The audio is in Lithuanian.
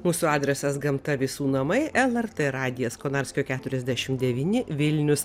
mūsų adresas gamta visų namai lrt radijas konarskio keturiasdešim devyni vilnius